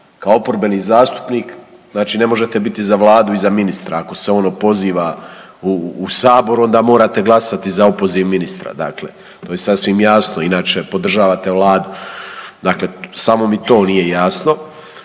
Kao oporbeni zastupnik znači ne možete biti za Vladu i za ministra. Ako se on opoziva u Saboru onda morate glasati za opoziv ministra. Dakle to je sasvim jasno, inače podržavate Vladu. Dakle, samo mi to nije jasno.